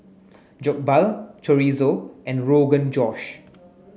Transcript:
Jokbal Chorizo and Rogan Josh